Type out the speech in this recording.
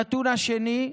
הנתון השני,